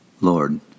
Lord